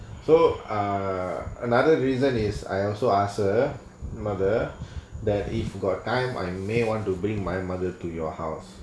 so err another reason is I also ask her mother that if got time I may want to bring my mother to your house